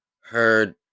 heard